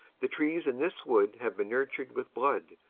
the trees in this wood have been nurtured with blood,